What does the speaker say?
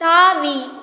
தாவி